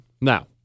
Now